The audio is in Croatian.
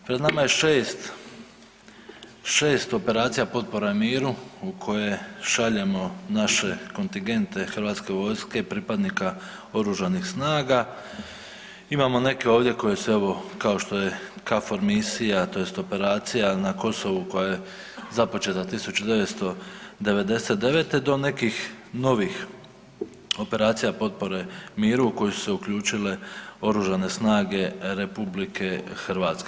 Pred nama je šest operacija potpora miru u koje šaljemo naše kontingente hrvatske vojske pripadnika oružanih snaga, imamo neke ovdje koji su ovdje kao što je KFOR misija operacija na Kosovu koja je započeta 1999. do nekih novih operacija potpore miru u koju su se uključile Oružane snage RH.